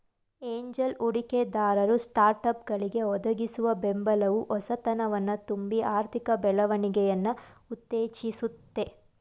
angel ಹೂಡಿಕೆದಾರರು ಸ್ಟಾರ್ಟ್ಅಪ್ಗಳ್ಗೆ ಒದಗಿಸುವ ಬೆಂಬಲವು ಹೊಸತನವನ್ನ ತುಂಬಿ ಆರ್ಥಿಕ ಬೆಳವಣಿಗೆಯನ್ನ ಉತ್ತೇಜಿಸುತ್ತೆ